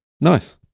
nice